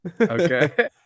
Okay